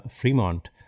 Fremont